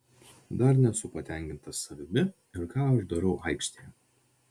dar nesu patenkintas savimi ir ką aš darau aikštėje